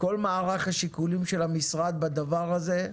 כל מערך השיקולים של המשרד בדבר הזה,